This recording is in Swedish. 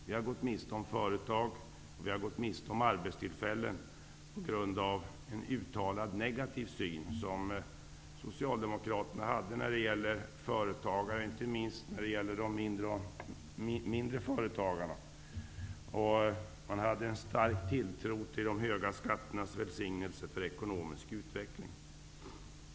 Vi har gått miste om företag och arbetstillfällen på grund av en uttalat negativ syn från Socialdemokraterna när det gäller företagare, inte minst när det gäller de mindre företagarna. Socialdemokraterna hade en stark tilltro till de höga skatternas välsignelse för ekonomisk utveckling.